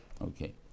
okay